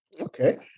okay